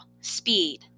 Speed